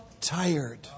tired